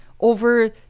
over